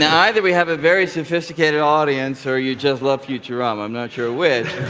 and either we have a very sophisticated audience, or you just love futurama, i'm not sure which.